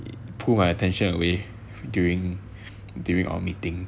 pull my attention away during during our meeting